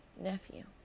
nephew